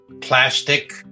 plastic